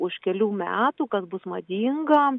už kelių metų kas bus madinga